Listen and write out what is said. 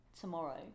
tomorrow